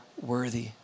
worthy